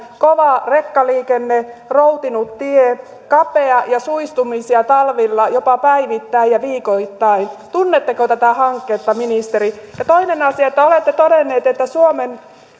kova rekkaliikenne routinut tie kapea ja suistumisia talvilla jopa päivittäin ja viikoittain tunnetteko tätä hanketta ministeri toinen asia olette todennut että